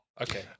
Okay